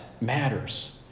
matters